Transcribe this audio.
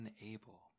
unable